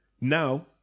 Now